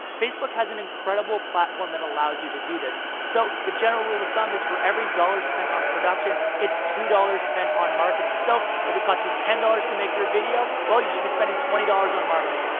facebook has an incredible platform that allows you to do this so the general rule of thumb is for every dollar spent on production, it's two dollars spent on marketing so if it cost you ten dollars to make your video, well you should be spending twenty dollars on marketing,